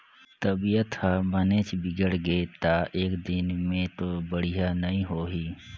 तबीयत ह बनेच बिगड़गे त एकदिन में तो बड़िहा नई होही